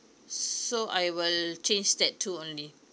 so I will change that two only